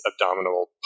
abdominal